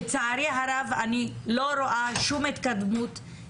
לצערי הרב אנחנו לא התקדמנו בנושא הזה.